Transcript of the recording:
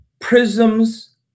prisms